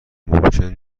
ممکن